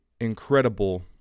incredible